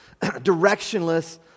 directionless